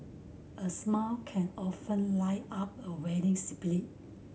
a smile can often up a weary spirit